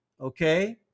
Okay